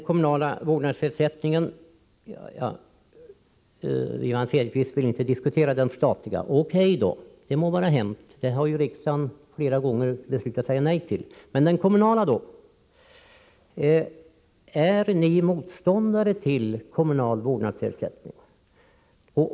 Wivi-Anne Cederqvist vill inte diskutera den statliga vårdnadsersättningen —-O.K., det må vara hänt; det har riksdagen flera gånger beslutat säga nej till. Men den kommunala då? Är ni motståndare till kommunal vårdnadsersättning?